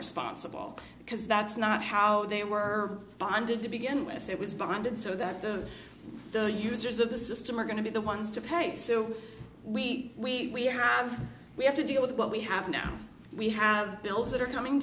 responsible because that's not how they were bonded to begin with it was bonded so that the the users of the system are going to be the ones to pay so we we have we have to deal with what we have now we have bills that